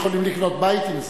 לקנות בית עם זה.